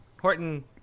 Horton